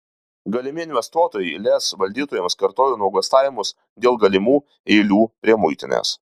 galimi investuotojai lez valdytojams kartojo nuogąstavimus dėl galimų eilių prie muitinės